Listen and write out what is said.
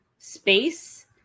space